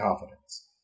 confidence